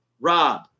Rob